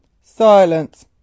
Silence